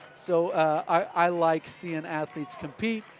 so i like seeing athletes compete,